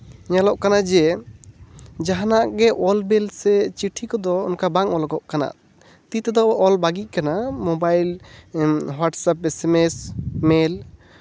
ᱧᱮᱞᱚᱜ ᱠᱟᱱᱟ ᱡᱮ ᱡᱟᱦᱟᱱᱟᱜ ᱜᱮ ᱚᱞᱵᱤᱞ ᱥᱮ ᱪᱤᱴᱷᱤ ᱠᱚᱫᱚ ᱚᱱᱠᱟ ᱵᱟᱝ ᱚᱞᱚᱜᱚᱜ ᱠᱟᱱᱟ ᱛᱤ ᱛᱮᱫᱚ ᱚᱞ ᱵᱟᱜᱤᱜ ᱠᱟᱱᱟ ᱢᱳᱵᱟᱭᱤᱞ ᱦᱳᱴᱟᱥᱮᱯ ᱮᱥᱢᱮᱥ ᱢᱮᱹᱞ